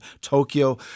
Tokyo